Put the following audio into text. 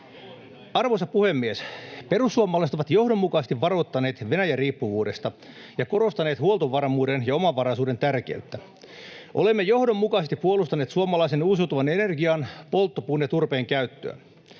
Arvoisa puhemies! Perussuomalaiset ovat johdonmukaisesti varoittaneet Venäjä-riippuvuudesta ja korostaneet huoltovarmuuden ja omavaraisuuden tärkeyttä. Olemme johdonmukaisesti puolustaneet suomalaisen uusiutuvan energian, polttopuun ja turpeen käyttöä.